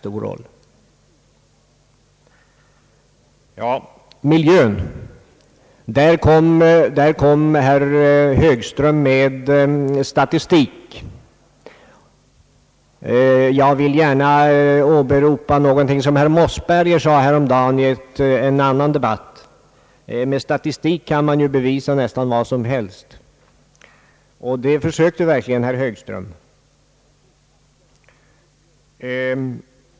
Beträffande miljön kom herr Högström med statistik. Jag vill gärna åberopa något som herr Mossberger sade häromdagen i en annan debatt: »Med statistik kan man ju bevisa nästan vad som helst.» Det försökte verkligen herr Högström.